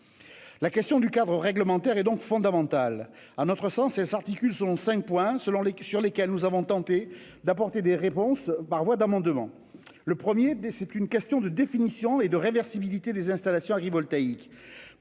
La question du cadre réglementaire est donc fondamentale. À notre sens, elle s'articule selon cinq points, sur lesquels nous avons tenté d'apporter des réponses par voie d'amendement. Le premier concerne la définition des installations agrivoltaïques